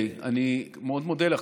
אני מאוד מודה לך.